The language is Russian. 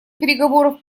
переговоров